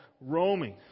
roaming